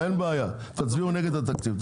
אין בעיה, תצביעו נגד התקציב.